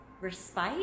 respite